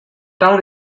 town